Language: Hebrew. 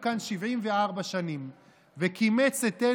האתגר הוא באיתור ובמניעה שתצמצם